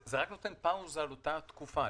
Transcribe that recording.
זה רק נותן פאוזה לאותה תקופה.